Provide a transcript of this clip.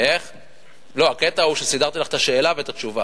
הקטע הוא שסידרתי לך את השאלה ואת התשובה.